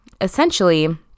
essentially